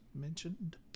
mentioned